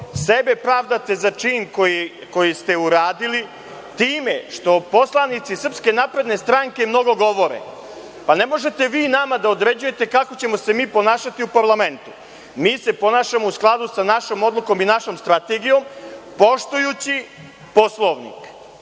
sebe pravdate za čin koji ste uradili time što poslanici SNS mnogo govore. Ne možete vi nama da određujete kako ćemo se mi ponašati u parlamentu. Mi se ponašamo u skladu sa našom odlukom i našom strategijom poštujući Poslovnik.